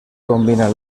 combina